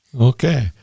okay